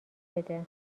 بده